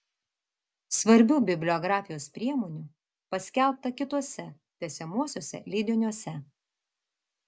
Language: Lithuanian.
svarbių bibliografijos priemonių paskelbta kituose tęsiamuosiuose leidiniuose